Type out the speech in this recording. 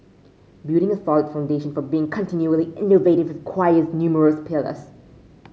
building a solid foundation for being continually innovative requires numerous pillars